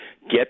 get